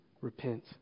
repent